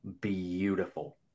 beautiful